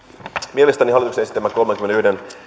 mielestäni hallituksen esittämä kolmenkymmenenyhden